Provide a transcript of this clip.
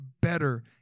better